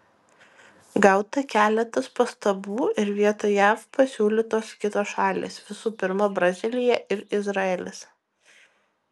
gauta keletas pastabų ir vietoj jav pasiūlytos kitos šalys visų pirma brazilija ir izraelis